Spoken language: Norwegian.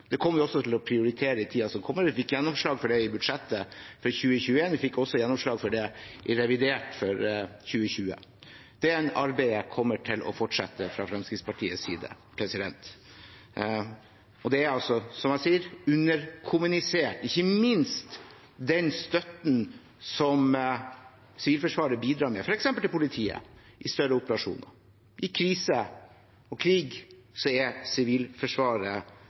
det kommer vi også til å prioritere i tiden som kommer. Vi fikk gjennomslag for det i budsjettet for 2021, og vi fikk også gjennomslag for det i revidert for 2020. Det arbeidet kommer til å fortsette fra Fremskrittspartiets side. Sivilforsvaret er altså, som jeg sier, underkommunisert, og det gjelder ikke minst den støtten som de bidrar med f.eks. til politiet i større operasjoner. I krise og krig er Sivilforsvaret